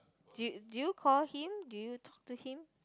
do do you call him do you talk to him